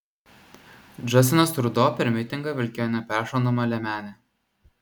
džastinas trudo per mitingą vilkėjo neperšaunamą liemenę